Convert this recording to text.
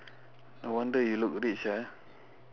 no wonder you look rich ah